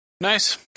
Nice